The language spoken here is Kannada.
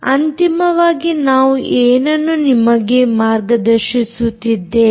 ಅಂತಿಮವಾಗಿ ನಾವು ಏನನ್ನು ನಿಮಗೆ ಮಾರ್ಗದರ್ಶಿಸುತ್ತಿದ್ದೇವೆ